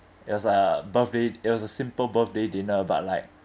it was a birthday it was a simple birthday dinner but like